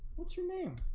what's your name?